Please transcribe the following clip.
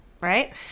right